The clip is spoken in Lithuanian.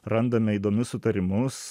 randame įdomius sutarimus